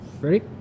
ready